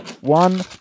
one